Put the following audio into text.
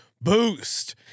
Boost